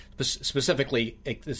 specifically